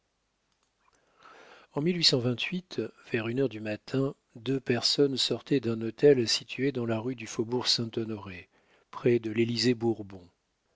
en vers une heure du matin deux personnes sortaient d'un hôtel situé dans la rue du faubourg-saint-honoré près de l'élysée-bourbon